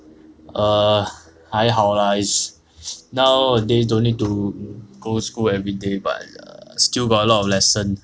err 还好 lah nowadays don't need to go school every day but err still got a lot of lesson